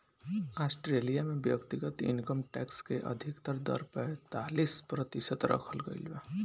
Australia में व्यक्तिगत income tax के अधिकतम दर पैतालीस प्रतिशत रखल गईल बा